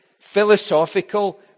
philosophical